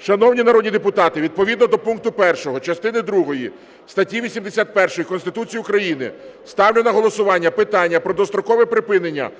Шановні народні депутати! Відповідно до пункту 1 частини другої статті 81 Конституції України ставлю на голосування питання про дострокове припинення